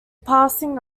passing